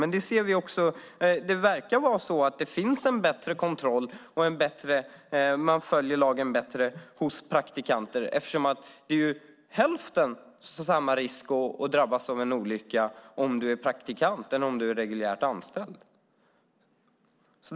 Men det verkar som att det finns en bättre kontroll och som att man följer lagen bättre när det gäller praktikanter, eftersom det är hälften så stor risk att drabbas av en olycka om du är praktikant än om du är reguljärt anställd.